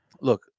Look